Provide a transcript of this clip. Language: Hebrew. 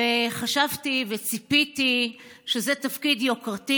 חשבתי וציפיתי שזה תפקיד יוקרתי.